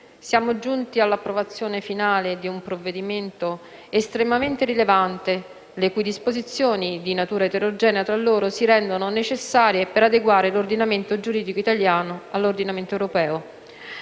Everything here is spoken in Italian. siamo giunti all'approvazione finale di un provvedimento estremamente rilevante, le cui disposizioni, di natura eterogenea tra loro, si rendono necessarie per adeguare l'ordinamento giuridico italiano all'ordinamento europeo.